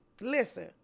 listen